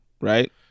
Right